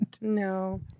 No